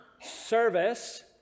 service